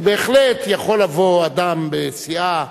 כי בהחלט יכול לבוא אדם בסיעה,